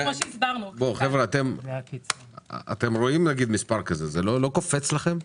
כאשר אתם רואים מספר כזה, זה לא קופץ לכם בעיניים?